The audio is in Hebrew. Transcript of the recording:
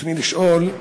רצוני לשאול: